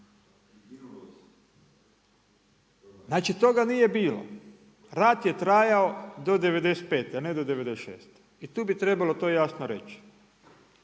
Znači toga nije bilo. Rat je trajao do '95. a ne do '96. i tu bi trebalo to jasno reći.